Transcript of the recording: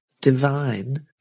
divine